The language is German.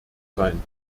sein